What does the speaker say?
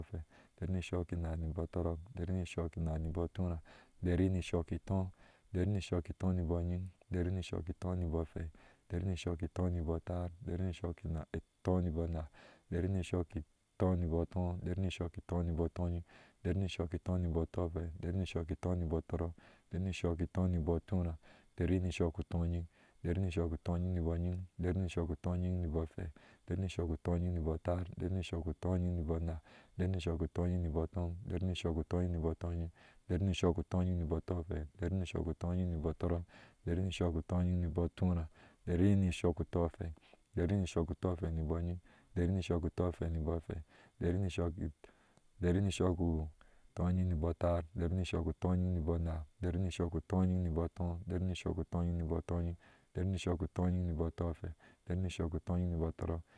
Dari shukina ni bɔɔ tɔrɔk, dari ni shukina nibɔɔ tura, dari ni shukitɔɔ, dari ni shukitɔɔ nibɔɔ nyiŋ, dari ni shukitɔɔ nibɔ afei dari ni shukitɔɔ nibiɔɔ ater, dari ni shukitɔɔnibɔɔ ana dari nio shukitɔɔ nibɔɔ atɔɔ. dari ni shoni tɔɔ boŋ tɔyiŋ, dari ni shukitɔɔ nibɔɔ tɔfei, dari ni shukiton niibɔɔ tɔrɔk, dari ni shukitɔɔ nibɔɔ tura, dari ni shuku tonyiŋ, dari ni shukutɔnyiŋ nibɔɔ nyiŋ, dari ni shukutɔnyiŋ nibɔɔ afei, dari ni shukutɔnyiŋ nibɔɔ atar, dari nu shukutɔnyiŋ nibɔɔ ana, dari ni shukutɔnyiŋ nibɔɔ atɔɔ, dari nushuku tonyiŋ nibɔ tóyiŋ, dari nushukutɔyin nibɔɔ tɔfei, dari ni shukutɔnyiŋ nibɔɔ tɔrɔ, dari ni shukifei nibɔɔtura, dari nu shukutɔfei dari nutɔfei nibɔɔ nyiŋ, dari ni tɔfei nibɔɔ afei, dari ni shukutɔyin nibɔɔ atar, dari nu shukutɔyiŋ nibɔɔ anar, dari nu shuktɔyiŋ nibɔɔ atɔɔ, dari nu shu toniŋ niboɔ atɔnyiŋ, dari ni shukutɔyin nibɔɔ tofei, dari ni shuku tonyiŋ nibɔɔ tɔrɔk